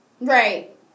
Right